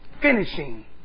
finishing